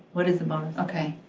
what is the bonus? okay,